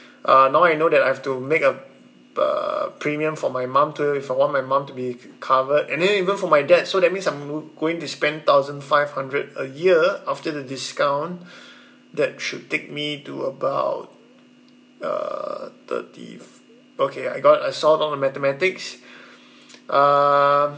uh now I know that I have to make a uh premium for my mum too if I want my mum to be covered and then even for my dad so that means I'm m~ going to spend thousand five hundred a year after the discount that should take me to about uh thirty okay I got I solved out the mathematics um